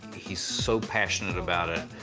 he's so passionate about it.